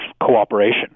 cooperation